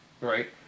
right